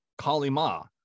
kalima